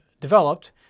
developed